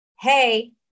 hey